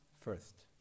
First